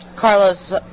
Carlos